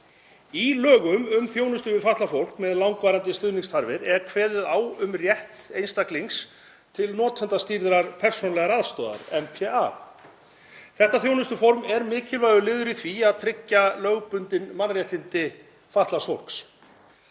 Í lögum um þjónustu við fatlað fólk með langvarandi stuðningsþarfir er kveðið á um rétt einstaklings til notendastýrðrar persónulegrar aðstoðar, NPA. Þetta þjónustuform er mikilvægur liður í því að tryggja lögbundin mannréttindi fatlaðs fólks.